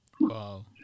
Wow